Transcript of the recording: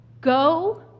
go